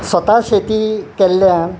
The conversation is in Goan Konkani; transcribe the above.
स्वता शेती केल्ल्यान